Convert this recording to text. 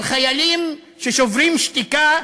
על חיילים ששוברים שתיקה,